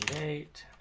eight